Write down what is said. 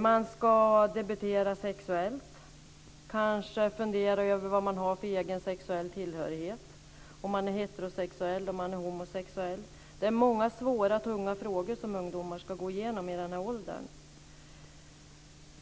Man ska debutera sexuellt och kanske fundera över vad man har för sexuell tillhörighet - om man är heterosexuell eller homosexuell. Det är många svåra tunga frågor som ungdomar ska gå igenom i denna ålder.